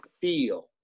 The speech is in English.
feel